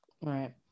Right